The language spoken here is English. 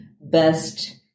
best